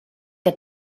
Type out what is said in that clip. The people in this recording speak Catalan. que